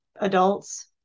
adults